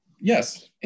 Yes